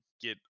get